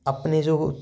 अपने जो